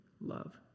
love